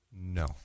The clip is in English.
No